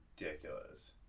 ridiculous